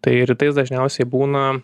tai rytais dažniausiai būna